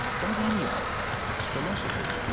does any art? does philosophy?